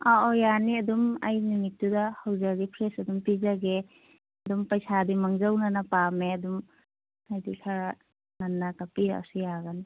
ꯑꯥ ꯑꯣ ꯌꯥꯅꯤ ꯑꯗꯨꯝ ꯑꯩ ꯅꯨꯃꯤꯠꯇꯨꯗ ꯍꯧꯖꯒꯦ ꯐ꯭ꯔꯦꯁ ꯑꯗꯨꯝ ꯄꯤꯖꯒꯦ ꯑꯗꯨꯝ ꯄꯩꯁꯥꯗꯤ ꯃꯥꯡꯖꯧꯅꯅ ꯄꯥꯝꯃꯦ ꯑꯗꯨꯝ ꯍꯥꯏꯗꯤ ꯈꯔ ꯉꯟꯅ ꯀꯛꯄꯤꯔꯛꯑꯁꯨ ꯌꯥꯒꯅꯤ